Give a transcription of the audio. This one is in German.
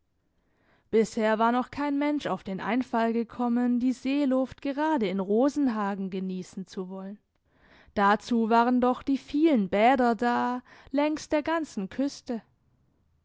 bisher war noch kein mensch auf den einfall gekommen die seeluft gerade in rosenhagen geniessen zu wollen dazu waren doch die vielen bäder da längs der ganzen küste